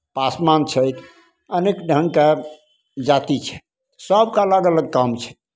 पासवान छथि अनेक ढङ्गके जाति छै सभके अलग अलग काम छै